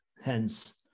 hence